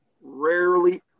rarely